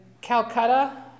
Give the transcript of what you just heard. Calcutta